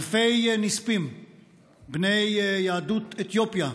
אלפי נספים בני יהדות אתיופיה,